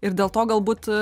ir dėl to galbūt